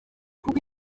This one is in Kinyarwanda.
kuko